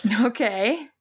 Okay